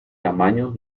tamaño